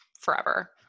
forever